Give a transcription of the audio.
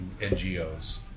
NGOs